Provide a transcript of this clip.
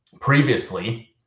previously